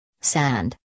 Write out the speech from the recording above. Sand